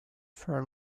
for